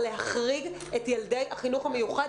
להחריג את ילדי החינוך המיוחד,